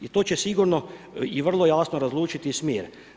I to će sigurno i vrlo jasno razlučiti smjer.